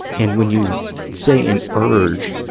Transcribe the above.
and when you say an urge,